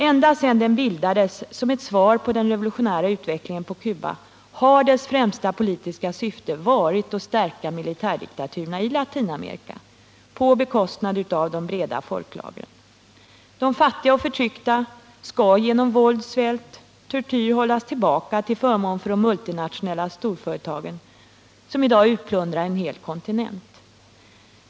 Ända sedan banken bildades, som ett svar på den revolutionära utvecklingen på Cuba, har dess främsta politiska syfte varit att stärka militärdiktaturerna i Latinamerika på bekostnad av de breda folklagren. De fattiga och förtryckta skall genom våld, svält och tortyr hållas tillbaka, till förmån för de multinationella storföretagen som i dag utplundrar en hel kontinent.